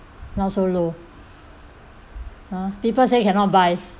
now so low !huh! people say cannot buy